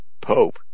Pope